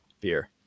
beer